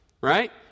right